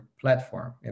platform